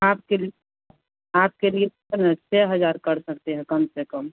आपके लिए आपके लिए छः हजार कर सकते हैं कम से कम